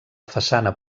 façana